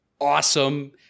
awesome